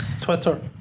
Twitter